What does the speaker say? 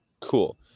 Cool